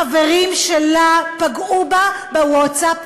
חברים שלה פגעו בה בווטסאפ,